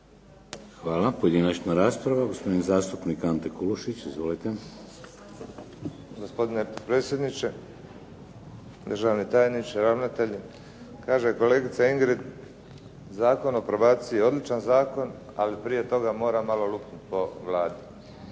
**Kulušić, Ante (HDZ)** Gospdine predsjedniče, državni tajniče, ravnatelju. Kaže kolegica Ingrid Zakon o probaciji odličan zakon, ali prije toga moram malo lupit po Vladi.